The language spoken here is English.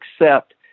accept